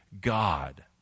God